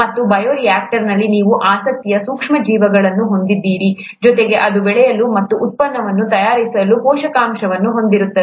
ಮತ್ತು ಬಯೋರಿಯಾಕ್ಟರ್ನಲ್ಲಿ ನೀವು ಆಸಕ್ತಿಯ ಸೂಕ್ಷ್ಮ ಜೀವಿಗಳನ್ನು ಹೊಂದಿದ್ದೀರಿ ಜೊತೆಗೆ ಅದು ಬೆಳೆಯಲು ಮತ್ತು ಉತ್ಪನ್ನವನ್ನು ತಯಾರಿಸಲು ಪೋಷಕಾಂಶಗಳನ್ನು ಹೊಂದಿರುತ್ತದೆ